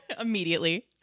immediately